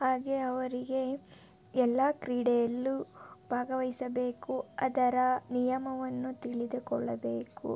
ಹಾಗೆ ಅವರಿಗೆ ಎಲ್ಲ ಕ್ರೀಡೆಯಲ್ಲೂ ಭಾಗವಹಿಸಬೇಕು ಅದರ ನಿಯಮವನ್ನು ತಿಳಿದುಕೊಳ್ಳಬೇಕು